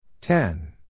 ten